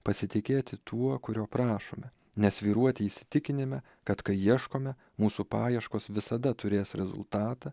pasitikėti tuo kurio prašome nesvyruoti įsitikinime kad kai ieškome mūsų paieškos visada turės rezultatą